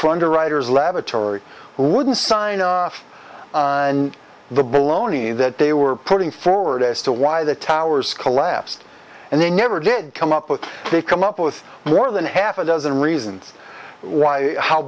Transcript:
for underwriter's laboratory who wouldn't sign a off the baloney that they were putting forward as to why the towers collapsed and they never did come up with they come up with more than half a dozen reasons why how